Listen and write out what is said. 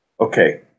Okay